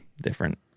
different